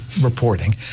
reporting